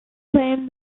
claimed